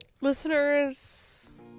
Listeners